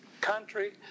country